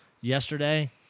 yesterday